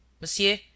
Monsieur